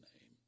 name